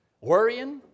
Worrying